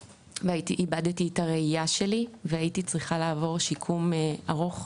איבדתי את הראייה שלי והייתי צריכה לעבור שיקום ארוך.